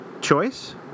choice